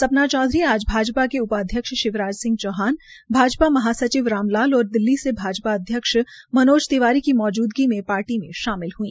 सपना चौधरी आज भाजपा के उपाध्यक्ष शिवराज सिह चौहान भाजपा महासचिव राम लाल और दिल्ली में भाजपा अध्यक्ष मनोज तिवारी की मौजद्गी में पार्टी में शामिल हई